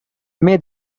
may